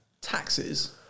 taxes